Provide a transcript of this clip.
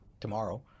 tomorrow